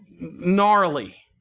gnarly